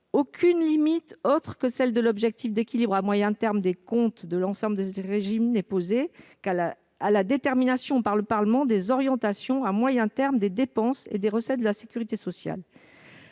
aucune limite autre que celle de l'objectif d'équilibre à moyen terme des comptes de l'ensemble des régimes n'est posée à la détermination par le Parlement des orientations à moyen terme des dépenses et des recettes de la sécurité sociale